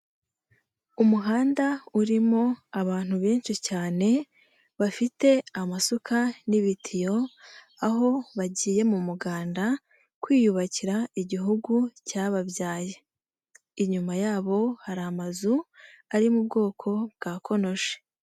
Umuhanda urimo abantu benshi cyane bafite amasuka n'ibitiyo aho bagiye mu muganda kwiyubakira igihugu cyababyaye, inyuma yabo hari amazu ari mu bwoko bwa konoshi.